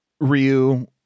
Ryu